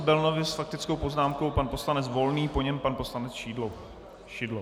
S faktickou poznámkou pan poslanec Volný, po něm pan poslanec Šidlo.